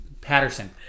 Patterson